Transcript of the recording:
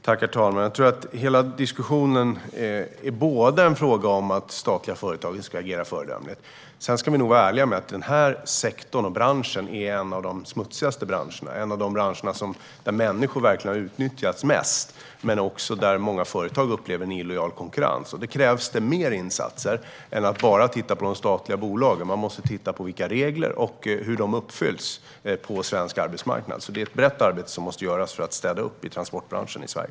Herr talman! Hela diskussionen handlar om att statliga företag ska agera föredömligt. Vi ska vara ärliga med att denna sektor är en av de smutsigaste branscherna. Det är en av de branscher där människor verkligen har utnyttjats mest och där många företag upplever en illojal konkurrens. Det krävs mer insatser än att bara titta på de statliga bolagen. Man måste titta på hur reglerna uppfylls på svensk arbetsmarknad. Det är ett brett arbete som måste göras för att städa upp i transportbranschen i Sverige.